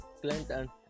Clinton